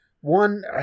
one